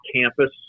campus